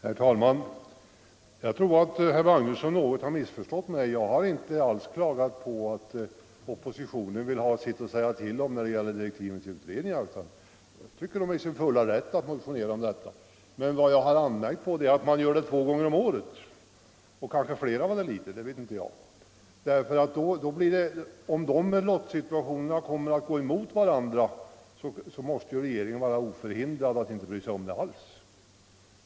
Herr talman! Jag tror att herr Magnusson i Borås något har missförstått mig. Jag har inte alls klagat på att oppositionen vill ha något att säga till om när det gäller direktiven till utredningen — oppositionen är i sin fulla rätt att motionera härom. Vad jag har anmärkt på är att den gör det två gånger om året, och det kanske blir flera gånger om året — vad vet jag. Om dessa lottsituationer kommer att gå emot varandra, så måste regeringen känna sig oförhindrad att inte bry sig om dem.